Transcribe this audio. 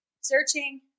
searching